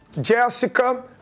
Jessica